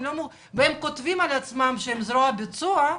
הם כותבים על עצמם שהם זרוע ביצוע.